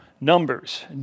Numbers